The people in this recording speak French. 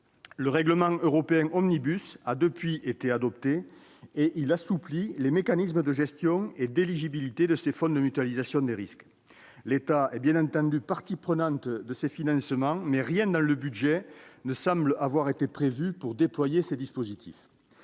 le règlement européen Omnibus a été adopté ; il assouplit les mécanismes de gestion de ces fonds de mutualisation des risques et d'éligibilité à ceux-ci. L'État est bien entendu partie prenante à ces financements, mais rien dans le budget ne semble avoir été prévu pour déployer ces dispositifs,